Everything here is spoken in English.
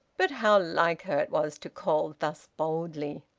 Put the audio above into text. but how like her it was to call thus boldly.